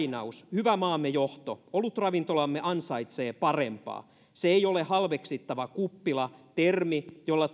hyvä maamme johto olutravintolamme ansaitsee parempaa se ei ole halveksittava kuppila termi jolla